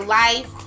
life